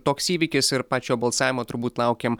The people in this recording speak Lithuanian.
toks įvykis ir pačio balsavimo turbūt laukiam